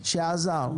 שעזר,